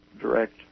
direct